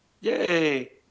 Yay